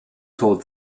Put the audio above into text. told